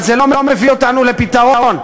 אבל זה לא מביא אותנו לפתרון.